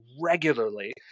regularly